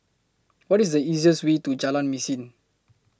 What IS The easiest Way to Jalan Mesin